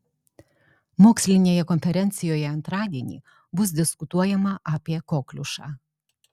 mokslinėje konferencijoje antradienį bus diskutuojama apie kokliušą